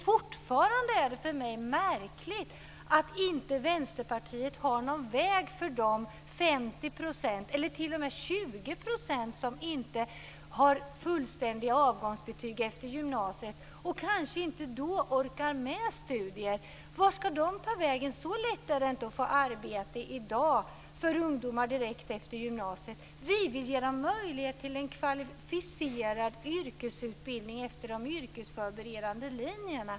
Fortfarande tycker jag att det är märkligt att Vänsterpartiet inte erbjuder någon väg för de 20 % som inte har fullständiga avgångsbetyg efter gymnasiet och kanske inte orkar med studier just då. Vart ska de ta vägen? Så lätt är det inte att få arbete direkt efter gymnasiet för ungdomar i dag. Vi vill ge dem möjlighet till en kvalificerad yrkesutbildning efter de yrkesförberedande linjerna.